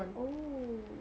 oo